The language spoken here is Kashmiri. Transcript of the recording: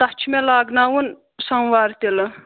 تَتھ چھُ مےٚ لاگناوُن سَموار تِلہٕ